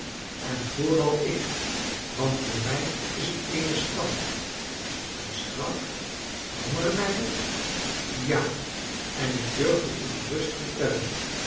en vooral ik want voor mij is het eene straf een straf hongerlijden ja en ik durf het u gerust vertellen